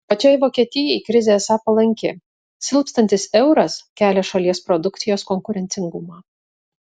pačiai vokietijai krizė esą palanki silpstantis euras kelia šalies produkcijos konkurencingumą